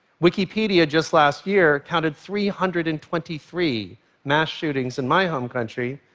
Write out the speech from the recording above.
wikipedia just last year counted three hundred and twenty three mass shootings in my home country,